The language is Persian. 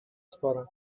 سپارم